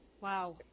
Wow